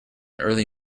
early